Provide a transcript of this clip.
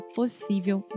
possível